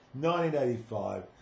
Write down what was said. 1985